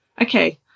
okay